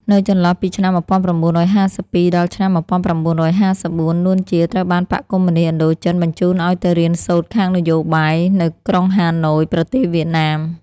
នៅចន្លោះពីឆ្នាំ១៩៥២ ដល់ឆ្នាំ១៩៥៤ នួន ជា ត្រូវបានបក្សកុម្មុយនិស្តឥណ្ឌូចិនបញ្ជូនឱ្យទៅរៀនសូត្រខាងនយោបាយ នៅក្រុងហាណូយ ប្រទេសវៀតណាម។